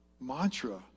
mantra